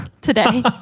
today